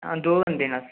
हां दो बंदे आं अस